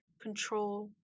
control